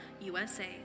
USA